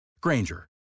Granger